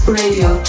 radio